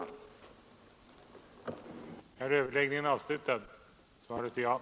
Det går om de kan transporteras med tåg och bussar.